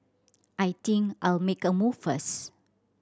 I think I'll make a move first